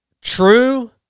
true